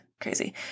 crazy